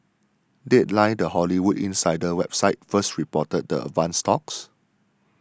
deadline the Hollywood insider website first reported the advanced talks